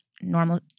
normal